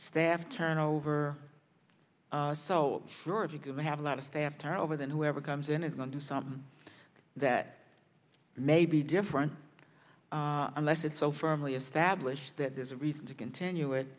staff turnover so sure if you can have a lot of staff turnover then whoever comes in is going to something that may be different unless it's so firmly blish that there's a reason to continue it